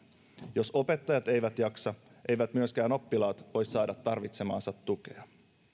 jos opettajat eivät jaksa eivät myöskään oppilaat voi saada tarvitsemaansa tukea